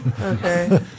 Okay